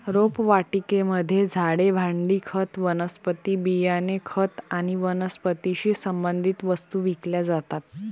रोपवाटिकेमध्ये झाडे, भांडी, खत, वनस्पती बियाणे, खत आणि वनस्पतीशी संबंधित वस्तू विकल्या जातात